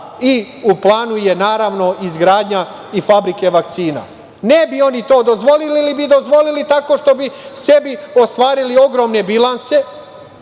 i gradnju kovid bolnica i fabrike vakcina. Ne bi oni to dozvolili. Ili bi dozvolili tako što bi sebi ostvarili ogromne bilanse,